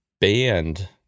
banned